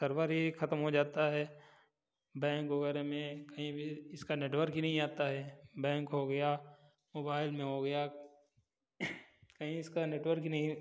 server ही खत्म हो जाता है बैंक वगैरह में कहीं भी इसका नेटवर्क ही नहीं आता है बैंक हो गया मोबाइल में हो गया कहीं इसका नेटवर्क ही नहीं